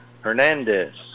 Hernandez